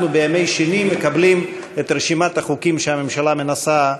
אנחנו בימי שני מקבלים את רשימת החוקים שהממשלה מנסה,